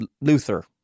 Luther